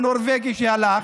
הנורבגי שהלך,